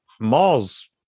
malls